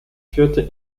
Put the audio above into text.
führte